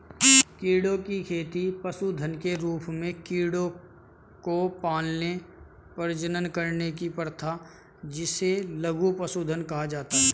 कीड़ों की खेती पशुधन के रूप में कीड़ों को पालने, प्रजनन करने की प्रथा जिसे लघु पशुधन कहा जाता है